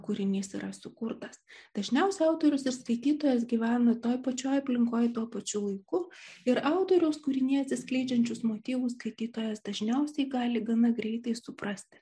kūrinys yra sukurtas dažniausiai autorius ir skaitytojas gyvena toj pačioj aplinkoj tuo pačiu laiku ir autoriaus kūriny atsiskleidžiančius motyvus skaitytojas dažniausiai gali gana greitai suprasti